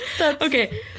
okay